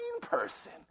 person